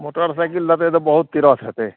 motorcycle लेतै तऽ बहुत तीरथ हेतै